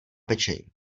pečení